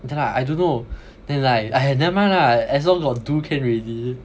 okay lah I don't know then like !aiya! never mind lah as long got do can already